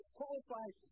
qualified